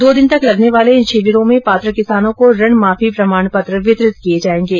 दो दिन तक लगने वाले इन शिविरों में पात्र किसानों को ऋण माफी प्रमाण पत्र वितरित किए जाएंगे